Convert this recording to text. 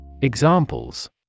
Examples